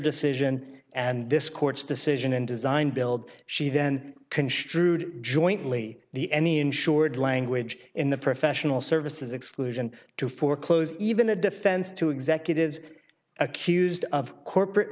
decision and this court's decision and design build she then construed jointly the any insured language in the professional services exclusion to foreclose even a defense to executives accused of corporate